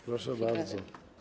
Proszę bardzo.